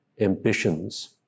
ambitions